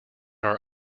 our